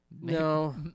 No